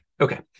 Okay